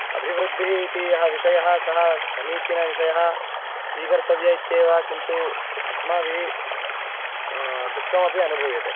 अभिवृद्धिः इति यः विषयः सः समीचीनविषयः स्वीकर्तव्या इत्येव किन्तु अस्माभिः दुःखमपि अनुभूयते